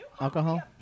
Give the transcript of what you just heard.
Alcohol